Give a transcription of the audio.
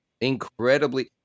Incredibly